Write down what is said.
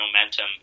momentum